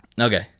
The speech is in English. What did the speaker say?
Okay